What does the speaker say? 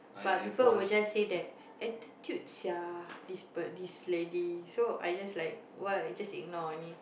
but people will just say that attitude sia this per~ this lady so I just like what just ignore only